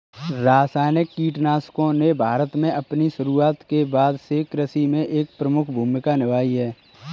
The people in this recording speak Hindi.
रासायनिक कीटनाशकों ने भारत में अपनी शुरूआत के बाद से कृषि में एक प्रमुख भूमिका निभाई है